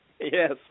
Yes